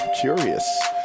curious